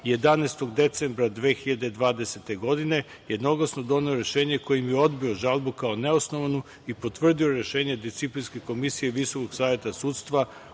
11. decembra 2020. godine, jednoglasno doneo rešenje koji je odbio žalbu kao neosnovanu i potvrdio rešenje Disciplinske komisije Visokog saveta sudstva